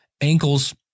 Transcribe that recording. ankles